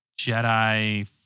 Jedi